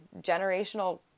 generational